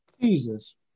Jesus